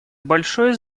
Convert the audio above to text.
большое